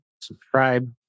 subscribe